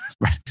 right